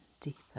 deeper